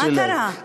מה קרה?